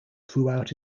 throughout